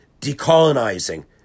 decolonizing